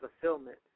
fulfillment